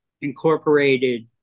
incorporated